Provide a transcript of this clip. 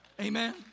Amen